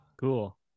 cool